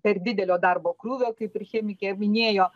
per didelio darbo krūvio kaip ir chemikė minėjo